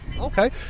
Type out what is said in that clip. Okay